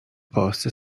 polsce